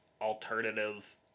alternative